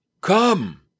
come